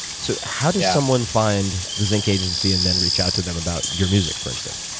so how does someone find the zync agency and then reach out to them about your music, for instance?